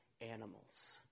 animals